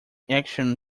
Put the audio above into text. action